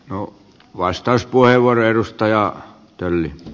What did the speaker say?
ru vastauspuheenvuoroa edustajat tölli